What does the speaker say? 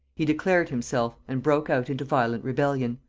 he declared himself, and broke out into violent rebellion.